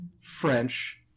French